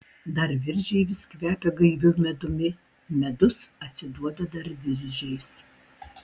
dar viržiai vis kvepia gaiviu medumi medus atsiduoda dar viržiais